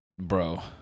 Bro